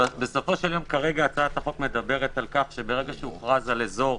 בסופו של יום כרגע הצעת החוק מדברת על כך שברגע שהוכרז על אזור